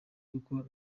kuko